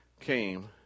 came